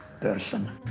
person